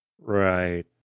Right